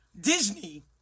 Disney